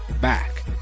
back